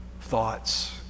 thoughts